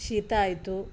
ಶೀತ ಆಯಿತು